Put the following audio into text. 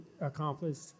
accomplished